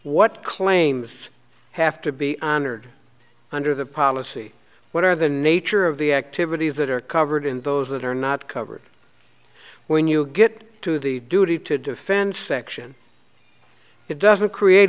what claims have to be honored under the policy what are the nature of the activities that are covered in those that are not covered when you get to the duty to defend section it doesn't create